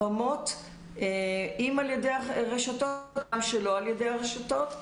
החרמות, אם על ידי הרשתות או שלא על ידי הרשתות.